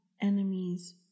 enemies